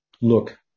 look